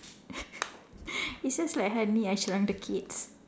it's just like honey I shrunk the kids